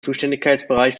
zuständigkeitsbereich